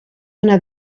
una